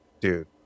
dude